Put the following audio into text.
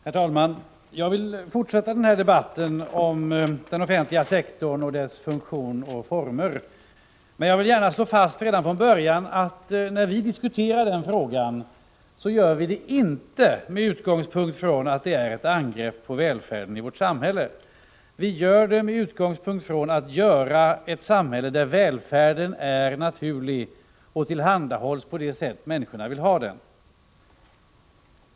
Herr talman! Jag vill fortsätta debatten om den offentliga sektorn och dess funktion och former. Men redan från början vill jag slå fast att när vi moderater diskuterar den frågan så gör vi det inte som ett angrepp på välfärden i vårt samhälle utan med utgångspunkt i att skapa ett samhälle där välfärden är naturlig och tillhandahålls på det sätt människorna vill ha den.